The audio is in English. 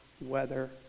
weather